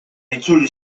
itzuli